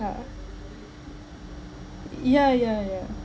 ya ya ya